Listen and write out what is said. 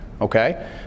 Okay